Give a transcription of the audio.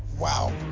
Wow